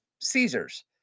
Caesar's